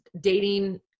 dating